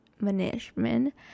management